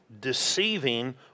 deceiving